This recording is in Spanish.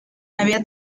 había